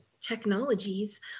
technologies